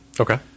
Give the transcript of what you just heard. Okay